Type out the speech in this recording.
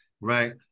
right